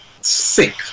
sick